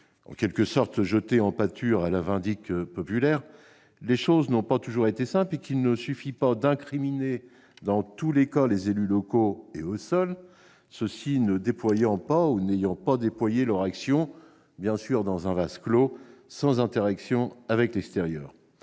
en quelque sorte jetés en pâture à la vindicte populaire, les choses n'ont pas toujours été simples. Il ne suffit pas d'incriminer dans tous les cas les élus locaux, et eux seuls, ceux-ci ne déployant pas ou n'ayant pas déployé leur action dans un vase clos, sans interaction avec l'extérieur.